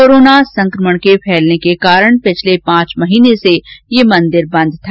corona संक्रमण के फैलने के कारण पिछले पांच महीनों से ये मन्दिर बंद था